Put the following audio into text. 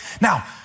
Now